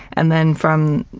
and then from